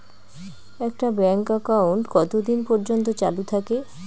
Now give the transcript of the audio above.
একটা bank account কতদিন পর্যন্ত চালু থাকে?